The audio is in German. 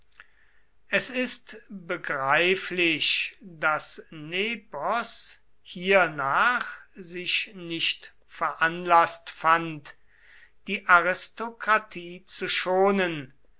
es ist begreiflich daß nepos hiernach sich nicht veranlaßt fand die aristokratie zu schonen